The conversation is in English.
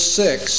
six